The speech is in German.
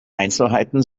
einzelheiten